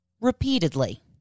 repeatedly